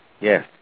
Yes